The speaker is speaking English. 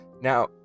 Now